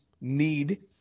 need